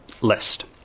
list